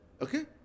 okay